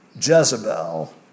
Jezebel